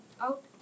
out